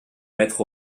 maîtres